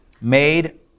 made